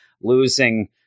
losing